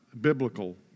biblical